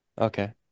Okay